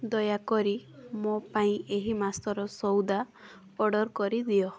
ଦୟାକରି ମୋ ପାଇଁ ଏହି ମାସର ସୋଉଦା ଅର୍ଡ଼ର କରିଦିଅ